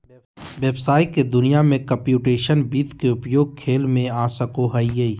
व्हवसाय के दुनिया में कंप्यूटेशनल वित्त के उपयोग खेल में आ सको हइ